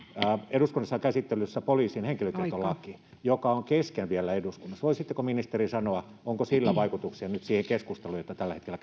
eduskunnassa on käsittelyssä poliisin henkilötietolaki joka on vielä kesken eduskunnassa voisitteko ministeri sanoa onko sillä vaikutuksia nyt siihen keskusteluun jota tällä hetkellä